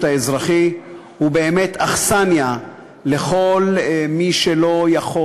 האזרחי הוא באמת אכסניה לכל מי שלא יכול,